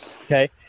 okay